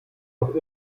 noch